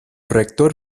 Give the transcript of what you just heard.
rector